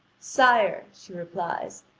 sire, she replies,